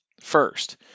first